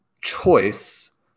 choice